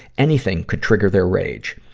anything could trigger their rage.